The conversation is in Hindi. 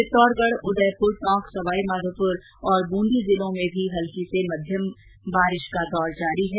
चित्तौड़गढ उदयपुर टोंक सवाई माधोपुर और बूंदी जिलों में भी हल्की से मध्यम दर्जे की वर्षा का दौर जारी है